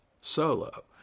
solo